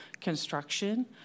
construction